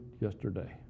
yesterday